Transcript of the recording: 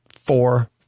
four